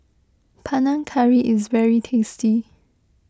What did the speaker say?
Panang Curry is very tasty